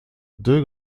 deux